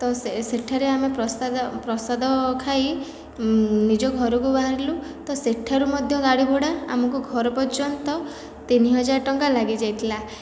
ତ ସେ ସେଠାରେ ଆମେ ପ୍ରସାଦ ପ୍ରସାଦ ଖାଇ ନିଜ ଘରକୁ ବାହାରିଲୁ ତ ସେଠାରୁ ମଧ୍ୟ ଗାଡ଼ି ଭଡ଼ା ଆମକୁ ଘର ପର୍ଯ୍ୟନ୍ତ ତିନି ହଜାର ଟଙ୍କା ଲାଗି ଯାଇଥିଲା